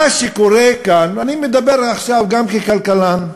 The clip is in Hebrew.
מה שקורה כאן, ואני מדבר עכשיו גם ככלכלן,